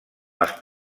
les